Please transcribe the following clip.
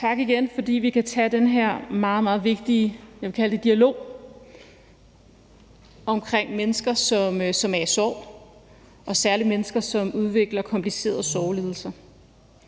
vigtige, jeg vil kalde det en dialog, omkring mennesker, som er i sorg, og særlig mennesker, som udvikler komplicerede sorglidelser.